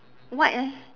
white eh